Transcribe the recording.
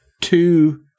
two